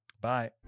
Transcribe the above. Bye